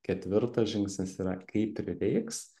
ketvirtas žingsnis yra kai prireiks